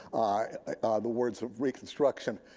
ah the words of reconstruction.